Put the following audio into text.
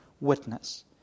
witness